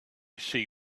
see